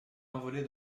envolé